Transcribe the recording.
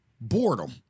Boredom